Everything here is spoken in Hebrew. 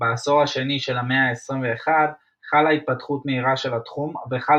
בעשור השני של המאה ה-21 חלה התפתחות מהירה של התחום וחל